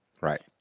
Right